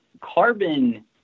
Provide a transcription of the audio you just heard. Carbon